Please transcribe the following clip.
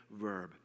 verb